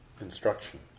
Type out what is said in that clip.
instruction